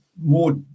more